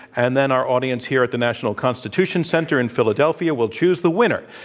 and then our audience here at the national constitution center in philadelphia will choose the winner,